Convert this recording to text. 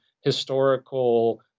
historical